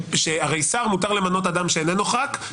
הרי מותר למנות לשר אדם שאיננו חבר כנסת,